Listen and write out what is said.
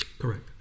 Correct